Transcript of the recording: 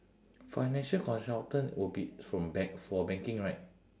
financial consultant will be from bank~ for banking right